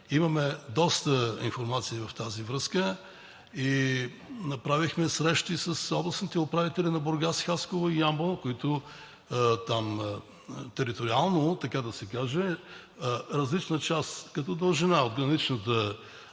имаме доста информация и направихме срещи с областните управители на Бургас, Хасково и Ямбол, а териториално, така да се каже, различна част като дължината на граничната